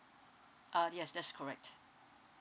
uh yes that's correct